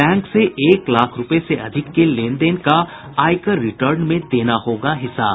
bank से एक लाख रूपये से अधिक के लेनदेन का आयकर रिटर्न में देना होगा हिसाब